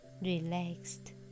relaxed